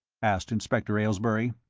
asked inspector aylesbury.